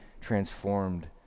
transformed